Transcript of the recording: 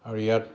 আৰু ইয়াত